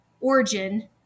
origin